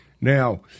now